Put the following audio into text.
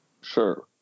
Sure